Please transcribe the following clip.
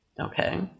Okay